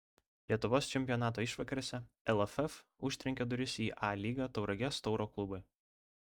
lietuvos čempionato išvakarėse lff užtrenkė duris į a lygą tauragės tauro klubui